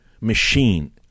machine